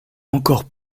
encore